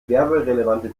werberelevante